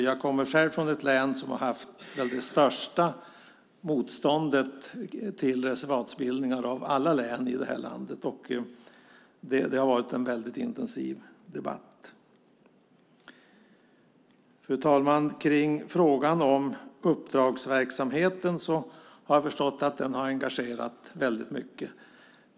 Jag kommer själv från det län som har haft det största motståndet mot reservatsbildningar av alla län i landet, och det har varit en väldigt intensiv debatt. Fru talman! Jag har förstått att frågan om uppdragsverksamheten har engagerat väldigt mycket.